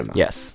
yes